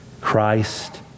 Christ